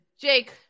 jake